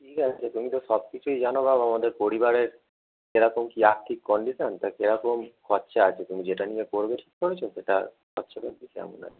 ঠিক আছে তুমি তো সব কিচুই জানো বাপ আমাদের পরিবারের কিরকম কী আর্থিক কন্ডিশান তা কিরকম খরচ আছে তুমি যেটা নিয়ে পড়বে ঠিক করেচো সেটা খরচাপাতি কেমন আছে